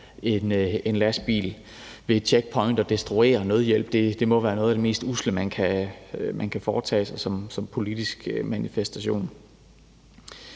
en lastbil ved et checkpoint og destruerer nødhjælp. Det må være noget af det mest usle, man kan foretage sig som politisk manifestation.